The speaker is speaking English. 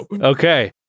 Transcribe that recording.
okay